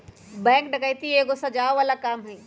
bank डकैती एगो सजाओ बला काम हई